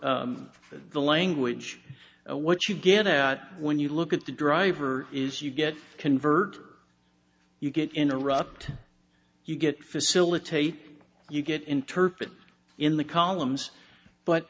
the language what you get out when you look at the driver is you get convert you get interrupt you get facilitate you get interpreted in the columns but